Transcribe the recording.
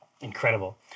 Incredible